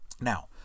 Now